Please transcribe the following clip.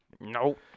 Nope